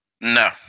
No